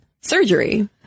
surgery